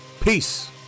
peace